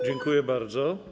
Dziękuję bardzo.